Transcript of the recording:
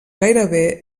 gairebé